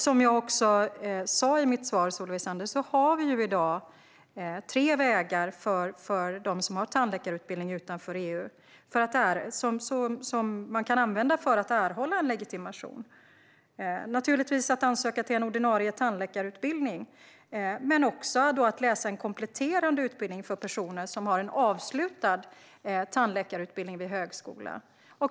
Som jag sa i mitt svar har vi i dag tre vägar för dem som har fått sin tandläkarutbildning utanför EU att erhålla en legitimation. De kan söka till en ordinarie tandläkarutbildning. De kan också läsa en kompletterande utbildning för personer som har en avslutad tandläkarutbildning från högskola.